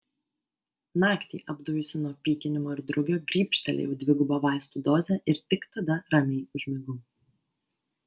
naktį apdujusi nuo pykinimo ir drugio grybštelėjau dvigubą vaistų dozę ir tik tada ramiai užmigau